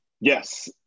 Yes